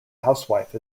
housewife